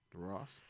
Ross